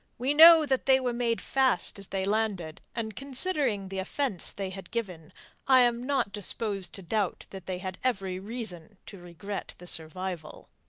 we know that they were made fast as they landed, and considering the offence they had given i am not disposed to doubt that they had every reason to regret the survival.